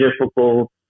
difficult